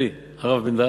אלי, הרב בן-דהן.